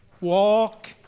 walk